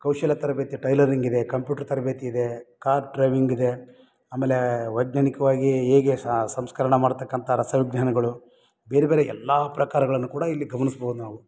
ಕೌಶಲ ತರಬೇತಿ ಟೈಲರಿಂಗಿದೆ ಕಂಪ್ಯೂಟ್ರ್ ತರಬೇತಿ ಇದೆ ಕಾರ್ ಡ್ರೈವಿಂಗಿದೆ ಆಮೇಲೆ ವೈಜ್ಞಾನಿಕವಾಗಿ ಹೇಗೆ ಸಂಸ್ಕರಣ ಮಾಡ್ತಕ್ಕಂಥ ರಸ ವಿಜ್ಞಾನಗಳು ಬೇರೆ ಬೇರೆ ಎಲ್ಲ ಪ್ರಕಾರಗಳನ್ನು ಕೂಡ ಇಲ್ಲಿ ಗಮನಿಸ್ಬೌದು ನಾವು